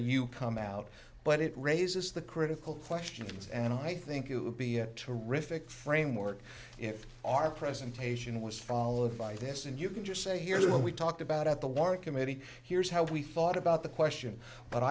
you come out but it raises the critical questions and i think it would be a terrific framework if our presentation was followed by this and you can just say here we talked about at the war committee here's how we thought about the question but